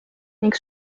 ning